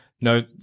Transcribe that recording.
no